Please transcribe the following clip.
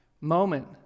moment